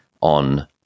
on